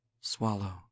swallow